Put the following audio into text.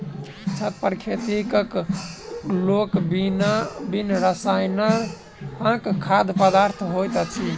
छत पर खेती क क लोक बिन रसायनक खाद्य पदार्थ खाइत अछि